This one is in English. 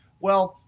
well,